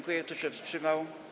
Kto się wstrzymał?